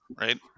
right